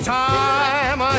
time